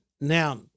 Now